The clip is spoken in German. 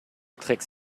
tricks